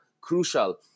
crucial